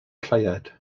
lleuad